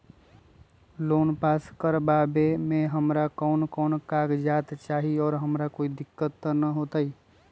Loan pass करवावे में हमरा कौन कौन कागजात चाही और हमरा कोई दिक्कत त ना होतई?